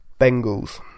Bengals